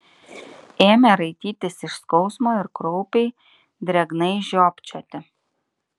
ėmė raitytis iš skausmo ir kraupiai drėgnai žiopčioti